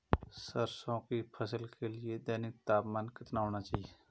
सरसों की फसल के लिए दैनिक तापमान कितना होना चाहिए?